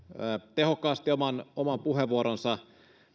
tehokkaasti oman oman puheenvuoronsa